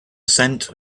scent